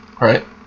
Right